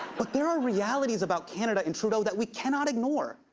but there are realities about canada and trudeau that we cannot ignore,